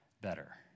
better